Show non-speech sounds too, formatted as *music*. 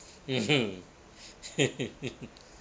mmhmm *laughs*